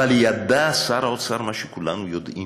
אבל שר האוצר ידע מה שכולנו יודעים,